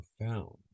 profound